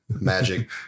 magic